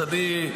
אז אני,